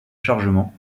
chargement